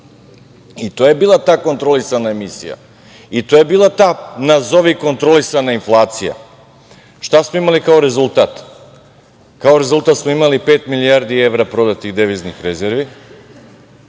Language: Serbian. i to je bila ta kontrolisana emisija, to je bila ta nazovi kontrolisana inflacija. Šta smo imali kao rezultat? Kao rezultat smo imali pet milijardi evra prodatih deviznih rezervi,